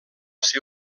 ser